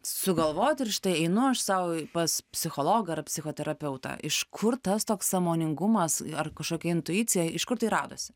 sugalvoti ir štai einu aš sau pas psichologą ar psichoterapeutą iš kur tas toks sąmoningumas ar kažkokia intuicija iš kur tai radosi